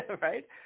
Right